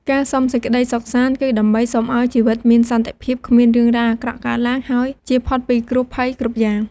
ការសុំសេចក្តីសុខសាន្ត គឺដើម្បីសុំឱ្យ ជីវិតមានសន្តិភាព គ្មាន រឿងរ៉ាវអាក្រក់កើតឡើង ហើយ ចៀសផុតពីគ្រោះភ័យ គ្រប់យ៉ាង។